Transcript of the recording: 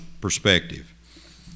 perspective